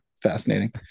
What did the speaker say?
Fascinating